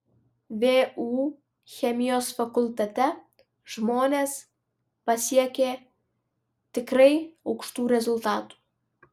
vu chemijos fakultete žmonės pasiekė tikrai aukštų rezultatų